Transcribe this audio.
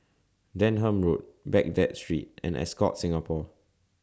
Denham Road Baghdad Street and Ascott Singapore